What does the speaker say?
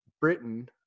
Britain